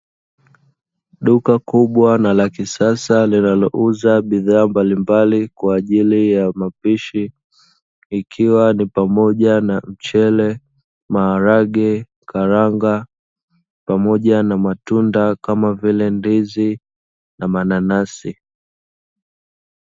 Duka kubwa na la kisasa linalouza bidhaa mbalimbali kwa ajili ya mapishi ikiwa ni pamoja na mchele, maharage karanga pamoja na matunda kama vile ndizi na mananasi.